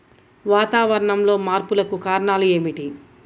వాతావరణంలో మార్పులకు కారణాలు ఏమిటి?